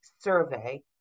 survey